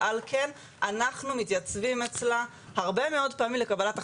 ועל כן אנחנו מתייצבים אצלה הרבה מאוד פעמים לקבלת החלטות.